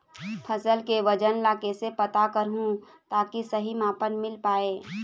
फसल के वजन ला कैसे पता करहूं ताकि सही मापन मील पाए?